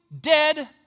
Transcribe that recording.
dead